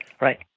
Right